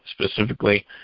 specifically